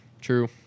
True